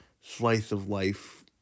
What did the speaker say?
slice-of-life